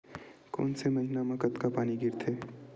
कोन से महीना म कतका पानी गिरथे?